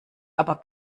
aber